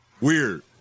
weird